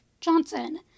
Johnson